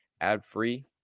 ad-free